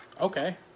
Okay